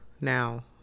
Now